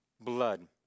blood